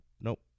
Nope